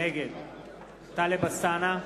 נגד טלב אלסאנע,